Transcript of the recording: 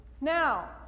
Now